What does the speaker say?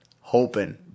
Hoping